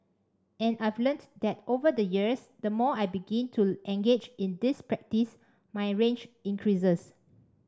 and I've learnt that over the years the more I begin to engage in this practice my range increases